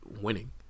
winning